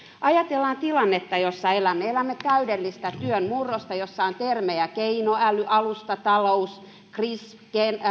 ajatellaan tilannetta jossa elämme elämme täydellistä työn murrosta jossa on termejä keinoäly alustatalous crispr